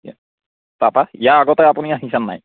ইয়া তাপা ইয়াৰ আগতে আপুনি আহিছে নাই